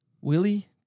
Willie